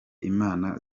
inama